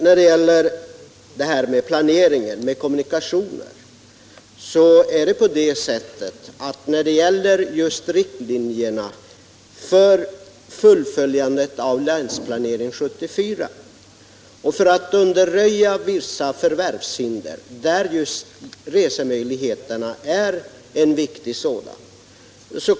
När det gäller planeringen av kommunikationerna och riktlinjerna för fullföljandet av Länsplanering 1974 och undanröjande av vissa förvärvshinder, är just resemöjligheterna en viktig faktor.